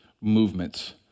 movements